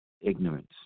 ignorance